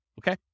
okay